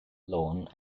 lorne